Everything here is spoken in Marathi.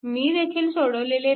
मीदेखील सोडवलेले नाही